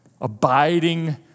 abiding